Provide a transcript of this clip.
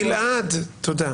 גלעד, תודה.